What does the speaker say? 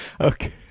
Okay